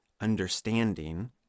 understanding